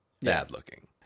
bad-looking